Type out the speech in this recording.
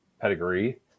pedigree